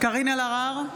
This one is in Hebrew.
קארין אלהרר,